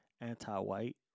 anti-white